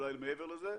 אולי מעבר לזה,